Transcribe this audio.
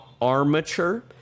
Armature